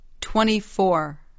twenty-four